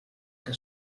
que